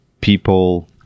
people